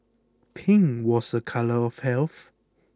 pink was a colour of health